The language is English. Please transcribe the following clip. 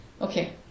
Okay